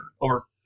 over